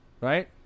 right